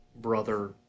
brother